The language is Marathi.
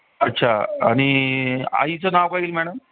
अच्छा आणि आईचं नाव काय येईल मॅडम